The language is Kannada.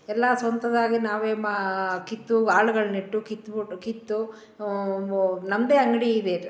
ಎಲ್ಲ ಸ್ವಂತದ್ದಾಗಿ ನಾವೇ ಮಾ ಕಿತ್ತು ಆಳುಗಳ್ನಿಟ್ಟು ಕಿತ್ಬಿಟ್ಟು ಕಿತ್ತು ನಮ್ಮದೇ ಅಂಗಡಿ ಇವೆ ಅದು